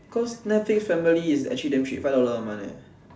cause netflix family is actually damn cheap five dollar one month leh